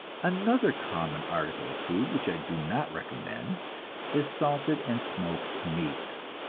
another common article of food which i do not recommend is salted and smoked meats.